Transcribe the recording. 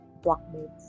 blockmates